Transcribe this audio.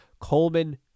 Coleman